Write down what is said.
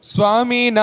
Swami